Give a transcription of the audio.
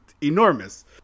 enormous